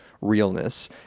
realness